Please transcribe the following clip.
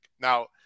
Now